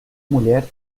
mulher